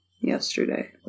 yesterday